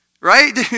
Right